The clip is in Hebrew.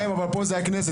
חיים, אבל פה זה הכנסת.